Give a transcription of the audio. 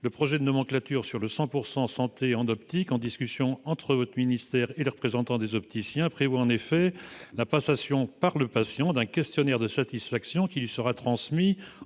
le projet de nomenclature sur le « 100 % santé », en discussion entre votre ministère et les représentants des opticiens, prévoit la transmission au patient d'un questionnaire de satisfaction, qui lui sera adressé